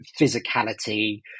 physicality